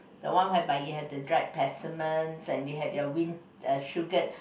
the one whereby you have the dried persimmons and you have your win uh sugared